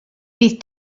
bydd